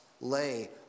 lay